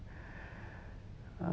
uh